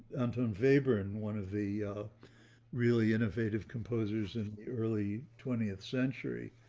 unknown vapor and one of the really innovative composers in the early twentieth century,